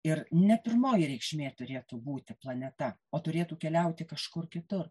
ir ne pirmoji reikšmė turėtų būti planeta o turėtų keliauti kažkur kitur